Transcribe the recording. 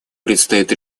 предстоит